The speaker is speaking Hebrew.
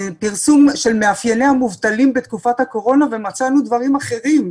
פרסום של מאפייני המובטלים בתקופת הקורונה ומצאנו דברים אחרים.